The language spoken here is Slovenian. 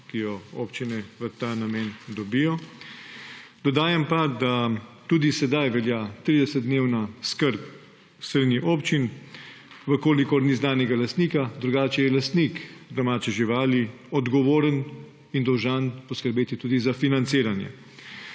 ki jo občine v ta namen dobijo. Dodajam pa, da tudi sedaj velja tridesetdnevna skrb s strani občin, če ni znanega lastnika, drugače je lastnik domače živali odgovoren in dolžan poskrbeti tudi za financiranje.